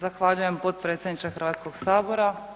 Zahvaljujem potpredsjedniče Hrvatskog sabora.